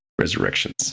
resurrections